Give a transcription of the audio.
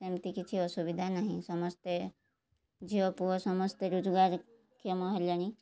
ସେମିତି କିଛି ଅସୁବିଧା ନାହିଁ ସମସ୍ତେ ଝିଅ ପୁଅ ସମସ୍ତେ ରୋଜଗାରକ୍ଷମ ହେଲେଣି